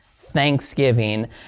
Thanksgiving